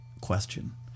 question